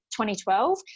2012